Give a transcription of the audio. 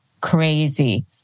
crazy